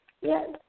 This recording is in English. Yes